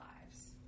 lives